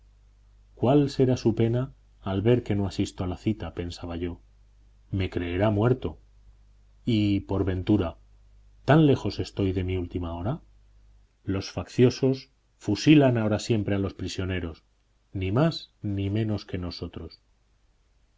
cuál será su pena al ver que no asisto a la cita pensaba yo me creerá muerto y por ventura tan lejos estoy de mi última hora los facciosos fusilan ahora siempre a los prisioneros ni más ni menos que nosotros